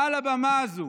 מעל לבמה הזאת,